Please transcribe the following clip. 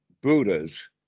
Buddhas